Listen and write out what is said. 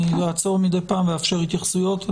אני אעצור מידי פעם ואאפשר התייחסויות.